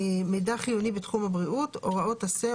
"מידע חיוני בתחום הבריאות" הוראות עשה,